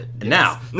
Now